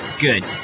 Good